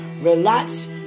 relax